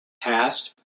past